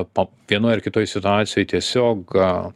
pa vienoj ar kitoj situacijoj tiesiog